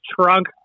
trunk